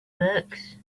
books